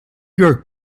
york